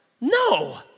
No